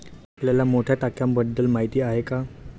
आपल्याला मोठ्या टाक्यांबद्दल माहिती आहे का?